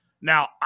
Now